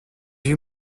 you